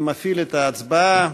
אני מפעיל את ההצבעה.